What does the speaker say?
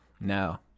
no